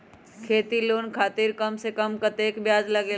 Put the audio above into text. खेती लोन खातीर कम से कम कतेक ब्याज लगेला?